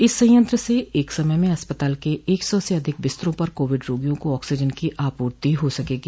इस संयंत्र से एक समय में अस्पताल के एक सौ से अधिक बिस्तरों पर कोविड रोगियों को ऑक्सीजन की आपूर्ति हो सकेगी